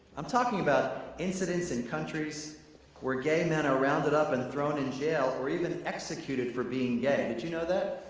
i'm talking about incidents in countries where gay men are rounded up and thrown in jail or even executed for being gay, did you know that?